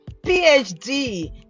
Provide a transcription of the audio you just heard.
phd